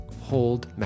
hold